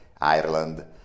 Ireland